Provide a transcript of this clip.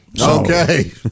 Okay